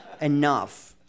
Enough